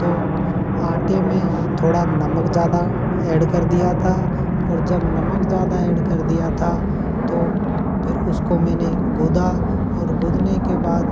तो आटे में थोड़ा नमक ज़्यादा ऐड कर दिया था और जब नमक ज़्यादा ऐड कर दिया था तो फिर उसको मैंने गोदा और गोदने के बाद